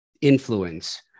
influence